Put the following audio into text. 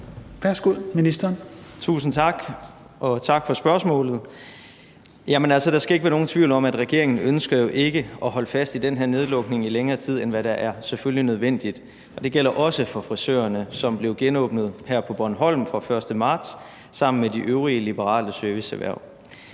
(Simon Kollerup): Tusind tak, og tak for spørgsmålet. Der skal ikke være nogen tvivl om, at regeringen selvfølgelig ikke ønsker at holde fast i den her nedlukning i længere tid, end hvad der er nødvendigt. Og det gælder også for frisørerne, som blev genåbnet på Bornholm fra den 1. marts sammen med de øvrige liberale serviceerhverv.